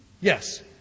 Yes